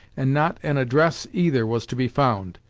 and not an address either was to be found.